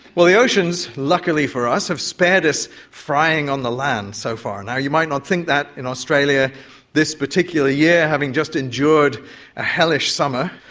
well, the oceans, luckily for us, have spared us frying on the land so far. and you might not think that in australia this particular year, having just endured a hellish summer.